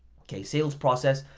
okay, sales process.